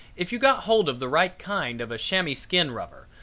if you got hold of the right kind of a chamois skin rubber,